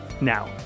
Now